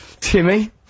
Timmy